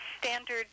standard